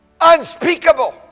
unspeakable